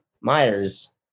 Myers